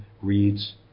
reads